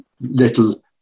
little